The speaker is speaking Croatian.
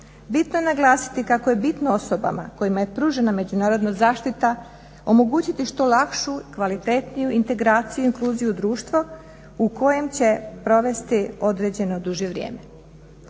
Bitno je naglasiti kako je bitno osobama kojima je pružena međunarodna zaštita omogućiti što lakšu, kvalitetniju integraciju i inkluziju u društvu u kojem će provesti određeno duže vrijeme.